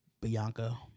Bianca